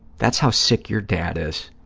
that's how sick your dad is,